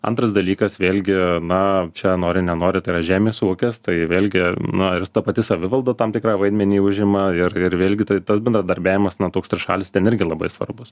antras dalykas vėlgi na čia nori nenori tai yra žemės ūkis tai vėlgi na ir ta pati savivalda tam tikrą vaidmenį užima ir ir vėlgi tai tas bendradarbiavimas na toks trišalis ten irgi labai svarbus